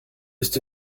ist